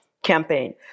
campaign